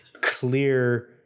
clear